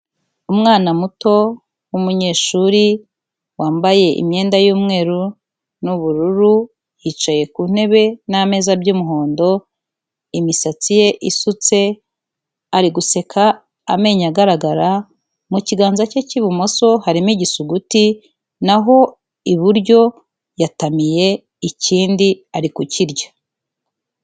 Umwana muto w'umunyeshuri wambaye imyenda y'umweru n'ubururu, yicaye ku ntebe n'ameza by'umuhondo, imisatsi ye isutse, ari guseka amenyo agaragara, mu kiganza cye cy'ibumoso harimo igisuguti naho iburyo yatamiye ikindi, ari kukirya.